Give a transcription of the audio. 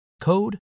code